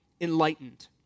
enlightened